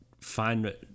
find